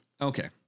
Okay